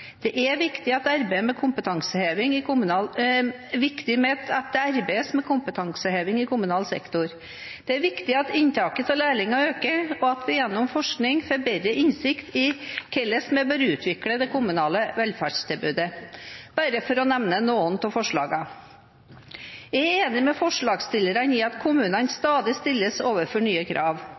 Det er viktig at det arbeides med kompetanseheving i kommunal sektor. Det er viktig at inntaket av lærlinger øker, og at vi gjennom forskning får bedre innsikt i hvordan vi bør utvikle det kommunale velferdstilbudet – bare for å nevne noen av forslagene. Jeg er enig med forslagsstillerne i at kommunene stadig stilles overfor nye krav.